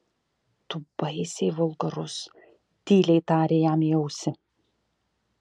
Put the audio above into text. tu baisiai vulgarus tyliai tarė jam į ausį